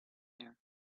there